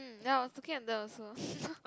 mm ya I was looking at that also